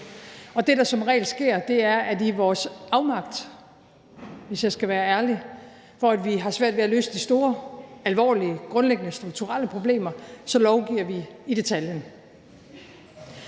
sig. Det, der som regel sker, er, at vi i vores afmagt – hvis jeg skal være ærlig – hvor vi har svært ved at løse de store, alvorlige, grundlæggende strukturelle problemer, lovgiver i detaljen.